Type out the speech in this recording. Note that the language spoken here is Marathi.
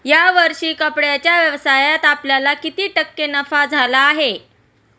या वर्षी कपड्याच्या व्यवसायात आपल्याला किती टक्के नफा झाला आहे?